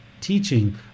teaching